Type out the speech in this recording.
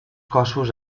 cossos